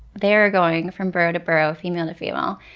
they're going from burrow to burrow, female to female,